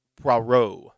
Poirot